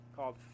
called